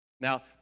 Now